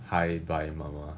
hi bye mama